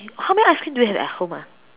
how many ice cream do we have at home ah